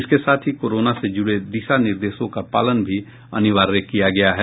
इसके साथ ही कोरोना से जुड़े दिशा निर्देशों का पालन भी अनिवार्य किया गया है